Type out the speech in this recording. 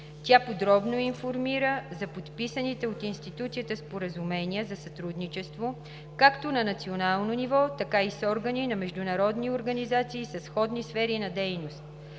Тя подробно информира за подписаните от институцията споразумения за сътрудничество както на национално ниво, така и с органи на международни организации със сходни сфери на дейност.